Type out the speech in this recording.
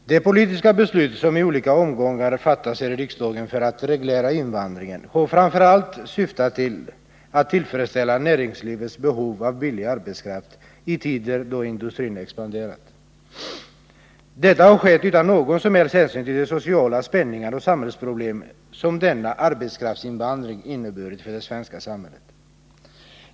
Herr talman! De politiska beslut som i olika omgångar fattats här i riksdagen för att reglera invandringen har framför allt syftat till att tillfredsställa näringslivets behov av billig arbetskraft i tider då industrin expanderat. Detta har skett utan någon som helst hänsyn till de sociala spänningar och samhällsproblem som denna arbetskraftsinvandring inneburit för det svenska samhället.